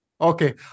Okay